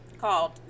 called